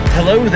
Hello